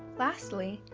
lastly,